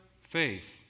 faith